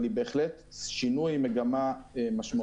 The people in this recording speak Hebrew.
אבל היא בהחלט שינוי מגמה משמעותי.